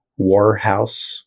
Warhouse